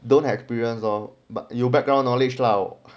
don't experience lor but you background knowledge lah